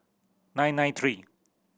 nine nine three